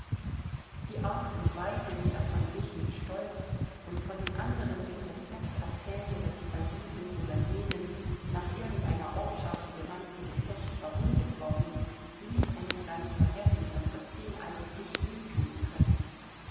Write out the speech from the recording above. die art und weise wie er von sich mit stolz und von den anderen mit respekt erzählte daß sie bei diesem oder jenem nach irgend einer ortschaft benannten gefecht verwundet worden ließ einen ganz vergessen daß das ding eigentlich weh thun könne